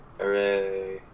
Hooray